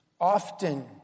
Often